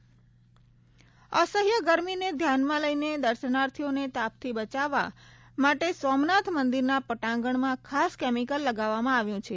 સોમનાથ મંદિર અસહ્ય ગરમીને ધ્યાનમાં લઇને દર્શનાર્થીઓને તાપથી બચાવવા માટે સોમનાથ મંદિરના પટાંગણમાં ખાસ કેમિકલ લગાવવામાં આવ્યું છે